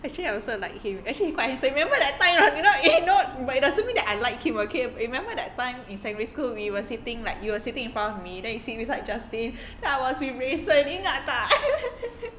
actually I also like him actually he quite handsome remember that time you know you know but it doesn't mean that I like him okay remember that time in secondary school we were sitting like you were sitting in front of me then you sit beside justin then I was with rayson ingat tak